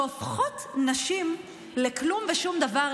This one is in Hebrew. שהופכות נשים לכלום ושום דבר,